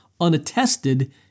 unattested